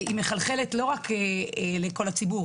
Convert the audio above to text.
היא מחלחלת לא רק לכל הציבור,